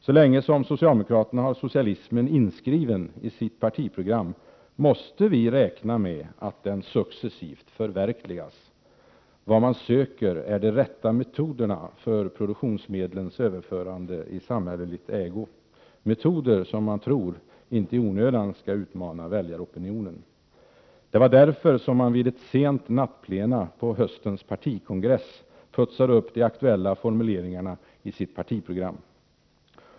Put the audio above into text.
Så länge som socialdemokraterna har socialismen inskriven i sitt partiprogram måste vi räkna med att den successivt förverkligas. Vad man söker är de rätta metoderna för ”produktionsmedlens överförande i samhällelig ägo”, metoder som man tror inte i onödan skall utmana väljaropinionen. Det var därför som man vid ett sent nattplenum på höstens partikongress putsade upp de aktuella formuleringarna i sitt partiprogram.